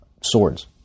swords